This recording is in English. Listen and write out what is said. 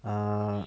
err